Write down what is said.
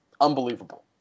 Unbelievable